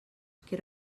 que